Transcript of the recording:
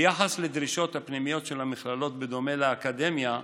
ביחס לדרישות הפנימיות של המכללות, בדומה לאקדמיה,